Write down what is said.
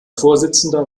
vorsitzender